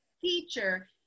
teacher